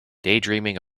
daydreaming